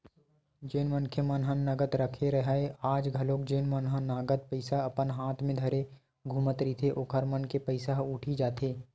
जेन मनखे मन ह नगद रखे राहय या आज घलोक जेन मन ह नगद पइसा अपन हात म धरे घूमत रहिथे ओखर मन के पइसा ह उठी जाथे